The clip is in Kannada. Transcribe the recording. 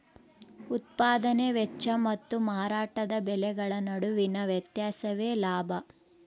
ಉತ್ಪದಾನೆ ವೆಚ್ಚ ಮತ್ತು ಮಾರಾಟದ ಬೆಲೆಗಳ ನಡುವಿನ ವ್ಯತ್ಯಾಸವೇ ಲಾಭ